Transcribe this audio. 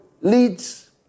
leads